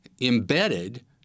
embedded